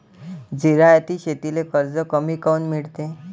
जिरायती शेतीले कर्ज कमी काऊन मिळते?